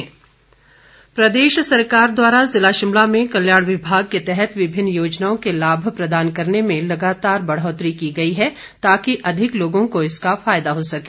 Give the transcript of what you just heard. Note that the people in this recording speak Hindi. सुरेश भारद्वाज प्रदेश सरकार द्वारा ज़िला शिमला में कल्याण विभाग के तहत विभिन्न योजनाओं के लाभ प्रदान करने में लगातार बढ़ोतरी की गई ताकि अधिक लोगों को इसका फायदा हो सके